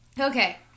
Okay